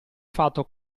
fatto